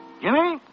Jimmy